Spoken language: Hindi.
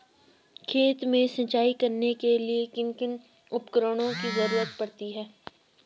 खेत में सिंचाई करने के लिए किन किन उपकरणों की जरूरत पड़ती है?